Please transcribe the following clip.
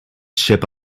ship